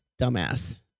dumbass